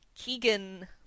Keegan